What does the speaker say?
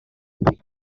pick